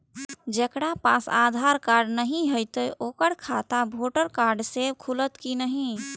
जकरा पास आधार कार्ड नहीं हेते ओकर खाता वोटर कार्ड से खुलत कि नहीं?